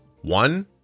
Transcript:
one